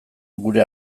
gure